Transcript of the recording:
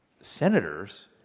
senators